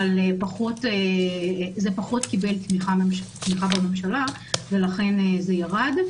אבל זה פחות קיבל תמיכה בממשלה ולכן זה ירד.